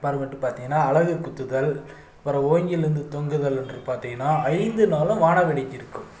அப்பறமேட்டு பாத்திங்கன்னா அலகு குத்துதல் அப்பறம் ஓங்கிலிருந்து தொங்குதல் வந்து பார்த்திங்கன்னா ஐந்து நாளும் வான வேடிக்கை இருக்கும்